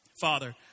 Father